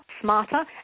smarter